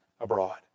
abroad